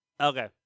Okay